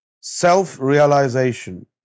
self-realization